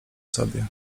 sobie